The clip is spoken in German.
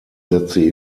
setzte